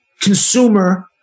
consumer